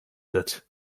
wird